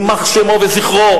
יימח שמו וזכרו,